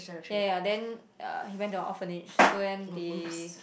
ya ya ya then uh he went to a orphanage so then they